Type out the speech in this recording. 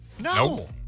No